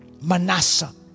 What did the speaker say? manasseh